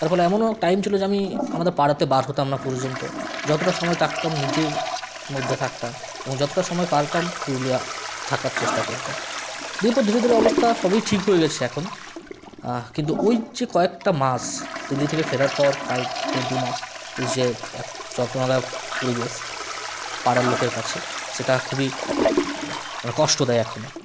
তারফলে এমনও টাইম ছিল যে আমি আমাদের পাড়াতে বার হতাম না পর্যন্ত যতটা সময় থাকতাম নিজের মধ্যে থাকতাম এবং যতটা সময় পারতাম পুরুলিয়া থাকার চেষ্টা করতাম ধীরে ধীরে অবস্থা সবই ঠিক হয়ে গেছে এখন কিন্তু ওই যে কয়েকটা মাস দিল্লি থেকে ফেরার পর প্রায় দেড় দুমাস যে এক যন্ত্রণাদায়ক পরিবেশ পাড়ার লোকের কাছে সেটা খুবই কষ্ট দেয় এখনও